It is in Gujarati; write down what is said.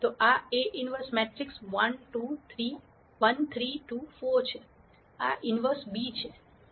તો આ A inverse મેટ્રિક્સ 1 3 2 4 છે આ inverse b છે